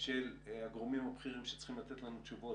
של הגורמים הבכירים שצריכים לתת לנו תשובות,